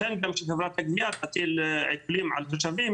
לא ייתכן שחברת הגבייה תטיל עיקולים על התושבים